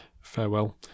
farewell